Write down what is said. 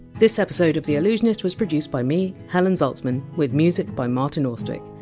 this episode of the allusionist was produced by me, helen zaltzman, with music by martin austwick,